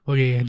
Okay